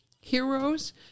Heroes